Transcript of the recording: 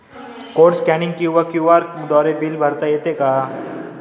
Code scanning किंवा QR द्वारे bill भरता येते का?